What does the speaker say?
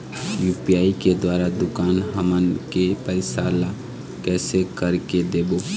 UPI के द्वारा दुकान हमन के पैसा ला कैसे कर के देबो?